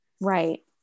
right